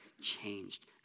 changed